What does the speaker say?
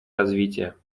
развития